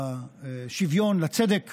לשוויון, לצדק